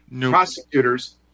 Prosecutors